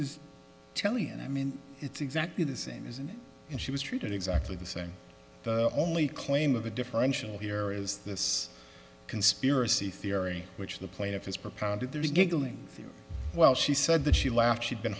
mrs kelly and i mean it's exactly the same as and she was treated exactly the same the only claim of the differential here is this conspiracy theory which the plaintiff has propounded there giggling well she said that she laughed she'd been